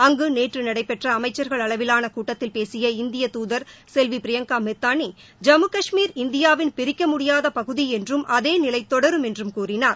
அங்கு நேற்று நடைபெற்ற அமைச்சர்கள் அளவிவாள கூட்டத்தில் பேசிய இந்திய தூதர் செல்வி பிரியங்கா மெஹதானி ஜம்முகஷ்மீர் இந்தியாவின் பிரிக்க முடியாத பகுதி என்றும் அதே நிலை தொடரும் என்றும் கூறினார்